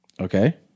Okay